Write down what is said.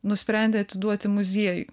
nusprendė atiduoti muziejui